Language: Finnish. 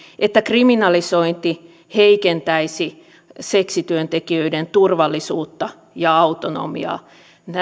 että kriminalisointi heikentäisi seksityöntekijöiden turvallisuutta ja autonomiaa